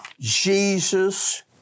Jesus